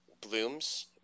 blooms